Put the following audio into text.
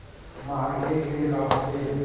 Mortgage ऋण का होथे?